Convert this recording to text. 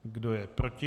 Kdo je proti?